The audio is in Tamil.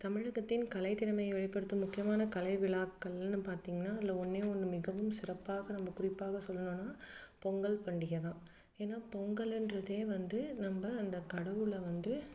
தமிழகத்தின் கலைத் திறமையை வெளிப்படுத்தும் முக்கியமான கலை விழாக்கள்னு பார்த்தீங்கன்னா அதில் ஒன்றே ஒன்று மிகவும் சிறப்பாக நம்ம குறிப்பாக சொல்லணும்னா பொங்கல் பண்டிகை தான் ஏன்னா பொங்கலுன்றதே வந்து நம்ம அந்த கடவுளை வந்து